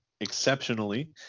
exceptionally